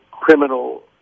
criminal